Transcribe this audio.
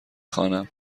خوانم